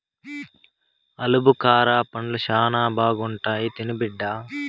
ఆలుబుకారా పండ్లు శానా బాగుంటాయి తిను బిడ్డ